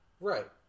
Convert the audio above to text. Right